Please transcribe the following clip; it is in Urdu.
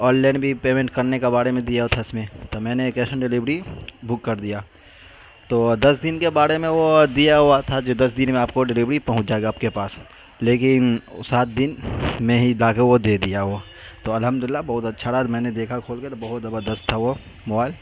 آن لائن بھی پیمنٹ کرنے کے بارے میں دیا تھا اس میں تو میں نے کیش آن ڈلیوری بک کر دیا تو دس دن کے بارے میں وہ دیا ہوا تھا جو دس دن میں آپ کو ڈلیوری پہنچ جائے گا آپ کے پاس لیکن سات دن میں ہی لا کے وہ دے دیا وہ تو الحمد للہ بہت اچھا راات میں نے دیکھا کھول کے تو بہت ابادست تھا وہ موبائل